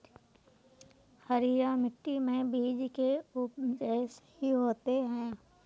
हरिया मिट्टी में बीज के उपज सही होते है?